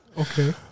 Okay